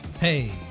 Hey